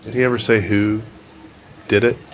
he ever say who did it?